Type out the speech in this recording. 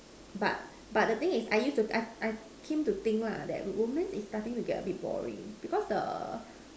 but but the thing is I used to I I I came to think that romance is starting to get a bit boring because the